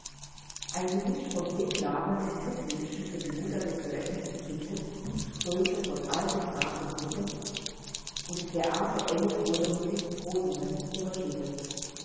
ein gemisch von wehklagen und glückwünschen für die mutter des geretteten kindes strömte von all den zarten lippen und der arme engel wurde mit liebkosungen überschüttet